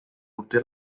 obté